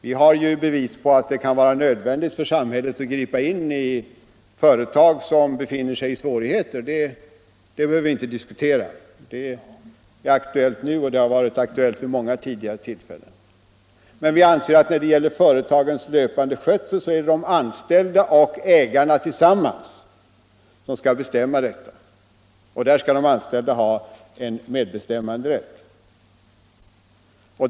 Vi har alla sett att det kan vara nödvändigt för samhället att gripa in i ett företag som råkat i svårigheter. Den saken behöver vi inte diskutera. Det är aktuellt nu, och det har varit aktuellt vid många tidigare tillfällen. Men vi på liberalt håll anser att företagets löpande skötsel är någonting som de anställda och ägarna tillsammans skall bestämma över. Där skall de anställda ha medbestämmanderätt.